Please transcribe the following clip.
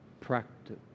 practice